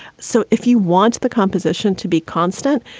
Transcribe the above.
so if you want the composition to be constant,